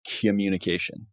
communication